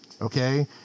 Okay